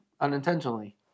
unintentionally